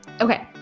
Okay